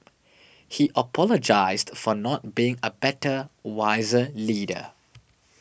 he apologised for not being a better wiser leader